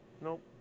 Nope